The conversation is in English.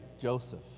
Joseph